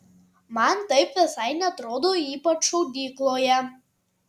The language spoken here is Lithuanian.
man taip visai neatrodo ypač šaudykloje